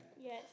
Yes